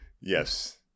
Yes